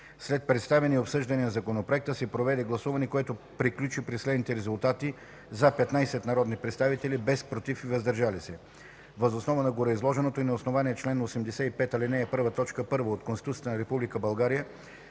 След представяне и обсъждане на Законопроекта се проведе гласуване, което приключи при следните резултати: „за” – 15 народни представители, без „против” и „въздържали се”. Въз основа на гореизложеното и на основание чл. 85, ал. 1, т. 1 от Конституцията на Република България,